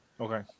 Okay